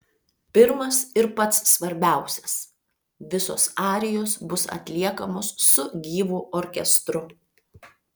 pirmas ir pats svarbiausias visos arijos bus atliekamos su gyvu orkestru